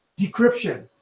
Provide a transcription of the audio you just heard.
decryption